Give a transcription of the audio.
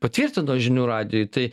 patvirtino žinių radijui tai